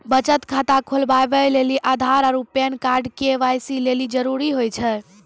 बचत खाता खोलबाबै लेली आधार आरू पैन कार्ड के.वाइ.सी लेली जरूरी होय छै